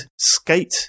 skate